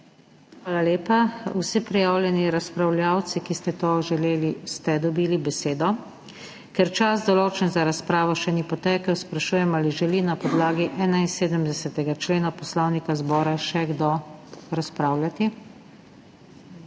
Hvala lepa. Vsi prijavljeni razpravljavci, ki ste to želeli, ste dobili besedo. Ker čas, določen za razpravo, še ni potekel, sprašujem, ali želi na podlagi 71. člena Poslovnika zbora še kdo razpravljati?